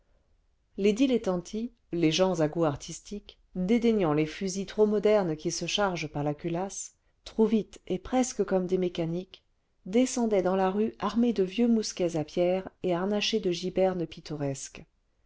les dilettanti les gens à goûts artistiques dédaignant les fusils trop modernes qui se chargent par la culasse trop vite et presque comme des mécaniques descendaient dans la rue armés de vieux mousquets à pierre et harnachés de gibernes pittoresques